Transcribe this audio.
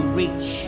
reach